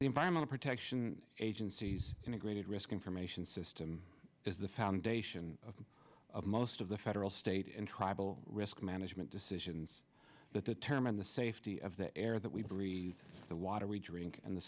the environmental protection agency's integrated risk information system is the foundation of most of the federal state and tribal risk management decisions that determine the safety of the air that we breathe the water we drink and the